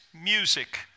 music